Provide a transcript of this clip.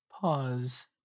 Pause